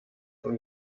von